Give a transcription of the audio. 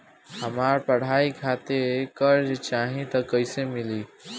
हमरा पढ़ाई खातिर कर्जा चाही त कैसे मिली?